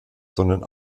sondern